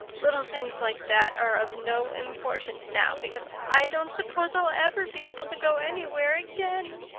little things like that are of no importance now because i don't suppose i'll ever be able to go anywhere again.